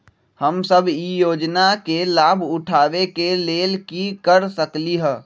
हम सब ई योजना के लाभ उठावे के लेल की कर सकलि ह?